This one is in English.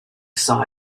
saw